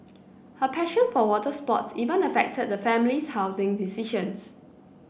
her passion for water sports even affected the family's housing decisions